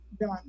done